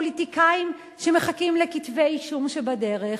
פוליטיקאים שמחכים לכתבי אישום שבדרך,